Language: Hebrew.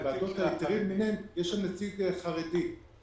יש נציג חרדי.